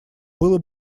было